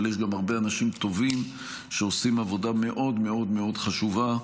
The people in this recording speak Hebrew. אבל יש גם הרבה אנשים טובים שעושים עבודה מאוד מאוד מאוד חשובה,